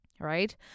right